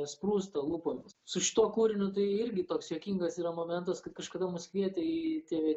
išsprūsta lūpomis su šituo kūriniu tai irgi toks juokingas yra momentas kai kažkada mus kvietė į tv